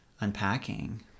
unpacking